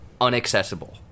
unaccessible